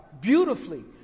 beautifully